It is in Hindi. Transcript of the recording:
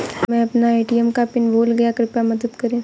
मै अपना ए.टी.एम का पिन भूल गया कृपया मदद करें